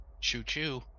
Choo-choo